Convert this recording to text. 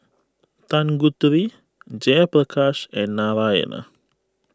Tanguturi Jayaprakash and Narayana